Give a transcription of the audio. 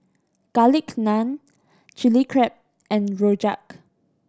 Garlic Naan Chili Crab and rojak